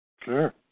Sure